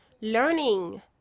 learning